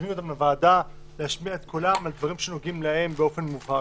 שהזמינו אותם לוועדה להשמיע את קולם על דברים שנוגעים להם באופן מובהק,